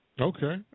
Okay